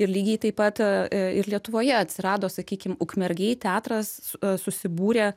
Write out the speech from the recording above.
ir lygiai taip pat ir lietuvoje atsirado sakykim ukmergėj teatras susibūrė